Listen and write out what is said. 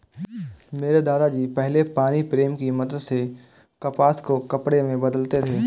मेरे दादा जी पहले पानी प्रेम की मदद से कपास को कपड़े में बदलते थे